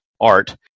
art